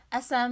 SM